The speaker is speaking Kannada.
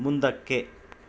ಮುಂದಕ್ಕೆ